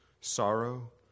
sorrow